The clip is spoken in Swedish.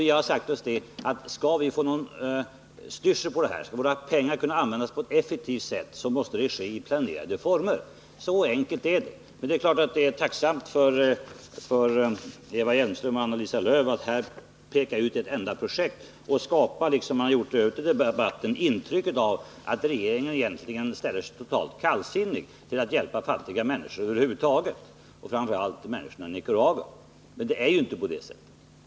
Vi har sagt oss, att skall vi få någon styrsel på det hela och kunna använda våra pengar på ett effektivt sätt, måste verksamheten ske i planerade former. Så enkelt är det. Men det är klart att det är tacksamt för Eva Hjelmström och Maj-Lis Lööw att peka ut ett enda projekt och skapa ett intryck av att regeringen egentligen ställer sig totalt kallsinnig till att hjälpa fattiga människor över huvud taget, framför allt människorna i Nicaragua. Men det är ju inte på det sättet.